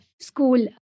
School